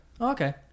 Okay